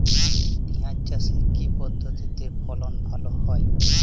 পিঁয়াজ চাষে কি পদ্ধতিতে ফলন ভালো হয়?